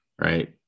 Right